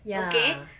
okay